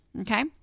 Okay